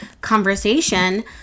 conversation